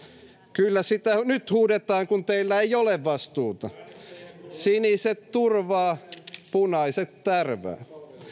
kyllä sitä nyt huudetaan kun teillä ei ole vastuuta siniset turvaa punaiset tärvää